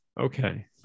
Okay